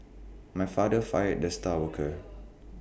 my father fired the star worker